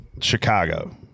Chicago